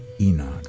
Enoch